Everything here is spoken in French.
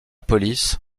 police